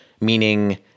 meaning